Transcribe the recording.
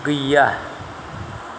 गैया